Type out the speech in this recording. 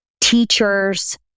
teachers